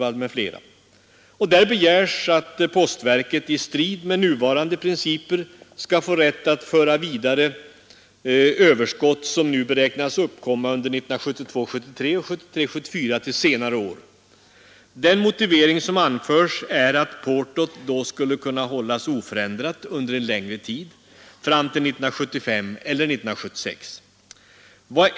Det är alldeles givet att exporten av varor är grundläggande för landets ekonomi, och någon annan rekommendation har jag för närvarande inte. Jag ger mig inte in på herr Kristianssons tal om energikris. Vi har resonerat energifrågor här i riksdagen tidigare under vårsessionen.